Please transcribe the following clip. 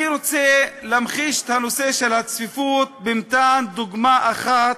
אני רוצה להמחיש את הנושא של הצפיפות במתן דוגמה אחת,